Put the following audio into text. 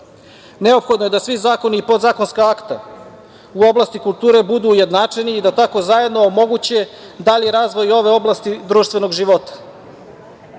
sistemu. Neophodno je da svi zakoni i podzakonska akta u oblasti kulture budu ujednačeni i da tako zajedno omoguće dalji razvoj i ove oblasti društvenog života. Imajući